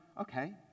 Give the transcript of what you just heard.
okay